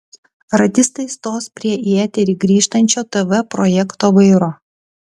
radistai stos prie į eterį grįžtančio tv projekto vairo